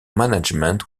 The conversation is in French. management